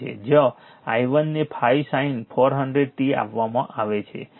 5 છે જ્યાં i1 ને 5 sin 400 t આપવામાં આવે છે